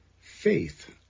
faith